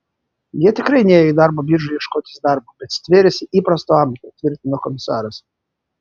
jie tikrai nėjo į darbo biržą ieškotis darbo bet stvėrėsi įprasto amato tvirtino komisaras